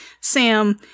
Sam